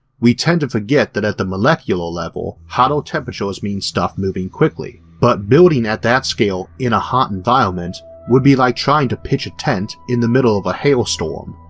we tend to forget that at the molecular level hotter temperatures mean stuff moving quickly, but building at that scale in a hot environment would be like trying to pitch a tent in the middle of a hailstorm.